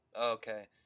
Okay